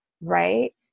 right